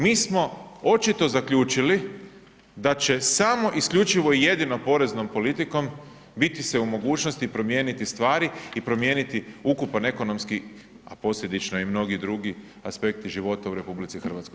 Mi smo očito zaključili da će samo, isključivo i jedino poreznom politikom biti se u mogućnosti promijeniti stvari i promijeniti ukupan ekonomski a posljedično i mnogi drugi aspekti života u RH.